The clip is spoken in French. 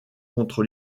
contre